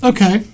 Okay